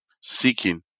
seeking